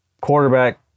quarterback